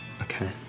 Okay